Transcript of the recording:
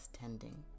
tending